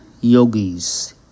yogis